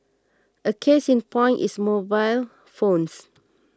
a case in point is mobile phones